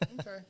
Okay